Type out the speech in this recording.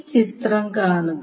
ഈ ചിത്രം കാണുക